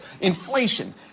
inflation